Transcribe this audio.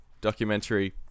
Documentary